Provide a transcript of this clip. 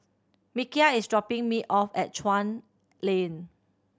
Mikeal is dropping me off at Chuan Lane